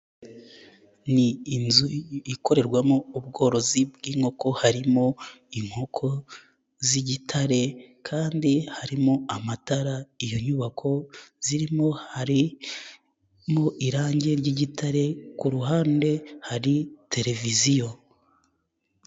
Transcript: Ni inzu ikorerwamo ubworozi bw'inkoko, harimo inkoko z'igitare kandi harimo amatara iyo nyubako zirimo harimo irangi ry'igitare, ku ruhande hari televiziyo.